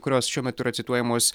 kurios šiuo metu yra cituojamos